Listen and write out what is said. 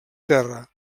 terra